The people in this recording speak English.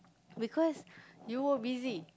because you were busy